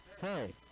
Hey